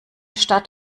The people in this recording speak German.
stadt